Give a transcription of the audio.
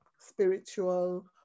spiritual